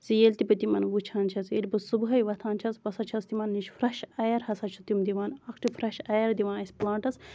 زِ ییٚلہِ تہِ بہٕ تِمَن وٕچھان چھَس ییٚلہِ بہٕ صُبحٲے وۄتھان چھَس بہٕ ہسا چھَس تِمَن نِش فریش اَیر ہسا چھُ تِم دِوان اکھتُے فریش ایر دِوان أسۍ پٔلانٹَس